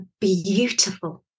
beautiful